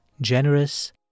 generous